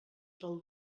del